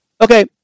Okay